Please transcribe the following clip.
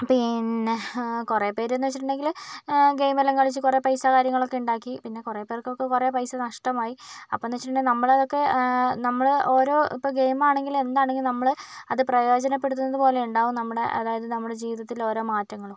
പിന്നെ കുറേ പേർ എന്ന് വെച്ചിട്ടുണ്ടെങ്കിൽ ഗെയിം എല്ലാം കളിച്ച് കുറേ പൈസ കാര്യങ്ങളൊക്കെ ഉണ്ടാക്കി പിന്നെ കുറേ പേർക്ക് ഒക്കെ കുറേ പൈസ നഷ്ടമായി അപ്പോൾ എന്ന് വെച്ചിട്ടുണ്ടെങ്കിൽ നമ്മൾ ഒക്കെ നമ്മൾ ഓരോ ഇപ്പോൾ ഗെയിമാണെങ്കിലും എന്താണെങ്കിലും നമ്മൾ അത് പ്രയോജനപ്പെടുത്തുന്നത് പോലെ ഉണ്ടാകും നമ്മുടെ അതായത് നമ്മുടെ ജീവിതത്തിൽ ഓരോ മാറ്റങ്ങൾ